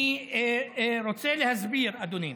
אני רוצה להסביר, אדוני.